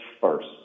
first